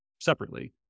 separately